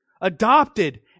adopted